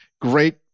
great